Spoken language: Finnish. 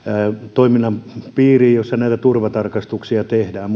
toiminnan piiriin jossa näitä turvatarkastuksia tehdään